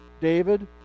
David